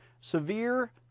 severe